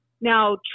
now